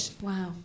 wow